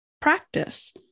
practice